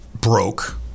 broke